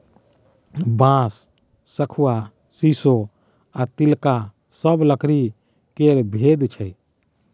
बांस, शखुआ, शीशो आ तिलका सब लकड़ी केर भेद छै